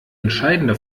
entscheidende